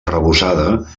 arrebossada